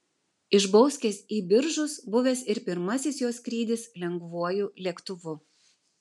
iš bauskės į biržus buvęs ir pirmasis jos skrydis lengvuoju lėktuvu